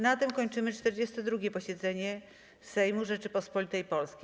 Na tym kończymy 42. posiedzenie Sejmu Rzeczypospolitej Polskiej.